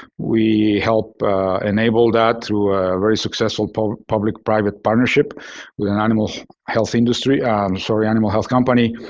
we help enable that through very successful public-private partnership with an animal health industry um sorry, animal health company.